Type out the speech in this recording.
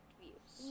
views